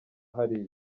hariya